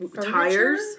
tires